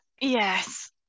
Yes